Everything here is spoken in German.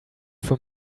für